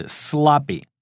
sloppy